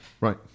right